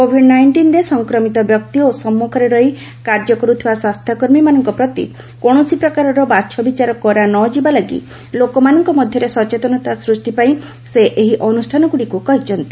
Covid ନାଇଷ୍ଟିନ୍ରେ ସଂକ୍ରମିତ ବ୍ୟକ୍ତି ଓ ସମ୍ମୁଖରେ ରହି କାର୍ଯ୍ୟ କରୁଥିବା ସ୍ୱାସ୍ଥ୍ୟକର୍ମୀମାନଙ୍କ ପ୍ରତି କୌଣସି ପ୍ରକାରର ବାଛବିଚାର କରାନଯିବା ଲାଗି ଲୋକମାନଙ୍କ ମଧ୍ୟରେ ସଚେତନତା ସୃଷ୍ଟି ପାଇଁ ସେ ଏହି ଅନୁଷାନଗୁଡ଼ିକୁ କହିଛନ୍ତି